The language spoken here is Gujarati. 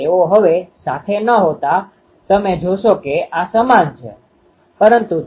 તેથી આ E 2K Ir ej2 e j૦r cos ૦d2 cos 2 હોઈ શકે છે